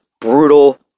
brutal